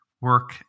work